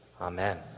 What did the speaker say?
Amen